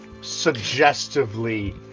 suggestively